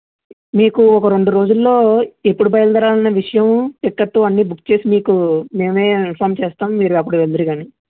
మీకు ఒక రెండు రోజుల్లో ఎప్పుడు బయలుదేరాలి అన్న విషయము టిక్కెటు అన్నీ బుక్ చేసి మీకు మేమే ఇన్ఫార్మ్ చేస్తాం మీరు అప్పుడు వెలుదురుగాని